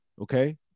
Okay